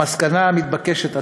המסקנה המתבקשת עצובה: